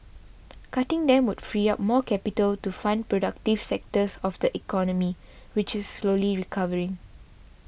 cutting them would free up more capital to fund productive sectors of the economy which is slowly recovering